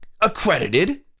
accredited